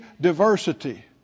diversity